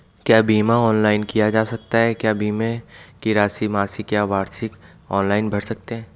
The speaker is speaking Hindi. क्या बीमा ऑनलाइन किया जा सकता है क्या बीमे की राशि मासिक या वार्षिक ऑनलाइन भर सकते हैं?